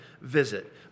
visit